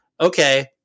okay